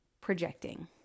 projecting